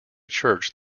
church